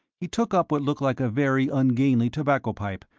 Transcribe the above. he took up what looked like a very ungainly tobacco-pipe,